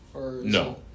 No